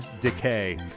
Decay